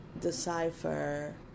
decipher